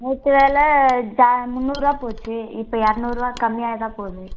நேற்று வில ஜா முந்நூறுபா போச்சு இப்போ இரநூறுவா கம்மியாக தான் போகுது